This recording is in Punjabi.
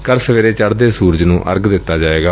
ਕੱਲ਼ ਸਵੇਰੇ ਚੜੂਦੇ ਸੂਰਜ ਨੂੰ ਅਰਗ ਦਿੱਤਾ ਜਾਏਗਾ